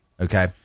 Okay